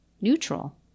neutral